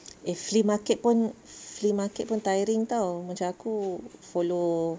eh flea market pun flea market pun tiring tau macam aku follow